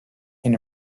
and